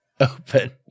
open